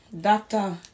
doctor